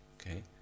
Okay